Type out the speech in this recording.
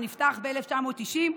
שנפתח ב-1990,